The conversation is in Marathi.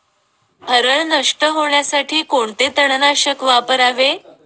हरळ नष्ट होण्यासाठी कोणते तणनाशक वापरावे?